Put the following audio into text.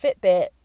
fitbit